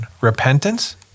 Repentance